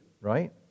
right